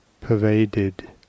pervaded